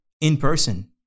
in-person